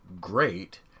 great